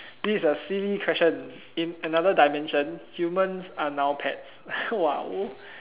this is a silly question in another dimension humans are now pets !wow!